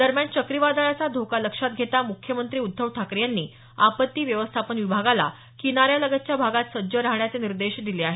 दरम्यान चक्रीवादळाचा धोका लक्षात घेता मुख्यमंत्री उद्धव ठाकरे यांनी आपत्ती व्यवस्थापन विभागाला किनार्यालगतच्या भागात सज्ज राहण्याचे निर्देश दिले आहेत